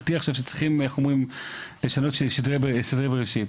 הרי זה פתרון לא רציני או מערכתי שצריכים לשנות סדרי בראשית.